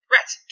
Rats